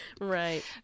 Right